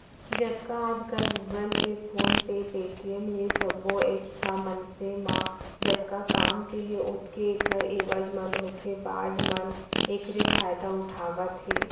जतका आजकल Google pay, phone pay, Paytm ए सबो ऐप्स ह मनसे म जतका काम के हे ओतके ऐखर एवज म धोखेबाज मन एखरे फायदा उठावत हे